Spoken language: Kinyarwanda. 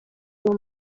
uwo